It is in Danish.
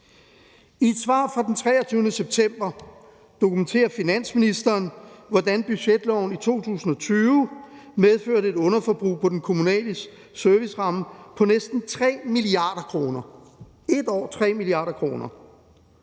I et svar fra den 23. september dokumenterer finansministeren, hvordan budgetloven i 2020 medførte et underforbrug på den kommunale serviceramme på næsten 3 mia. kr. – ét år og 3 mia. kr.